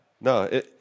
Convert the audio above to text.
No